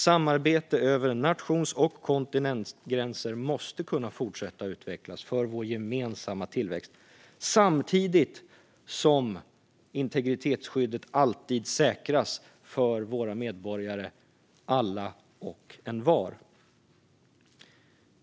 Samarbete över nations och kontinentgränser måste kunna fortsätta att utvecklas för vår gemensamma tillväxt samtidigt som integritetsskyddet alltid säkras för våra medborgare och för alla och envar.